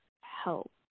help